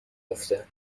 افته